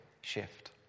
shift